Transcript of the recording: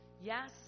Yes